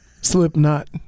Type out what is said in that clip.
Slipknot